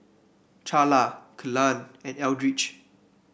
Charla Kelan and Eldridge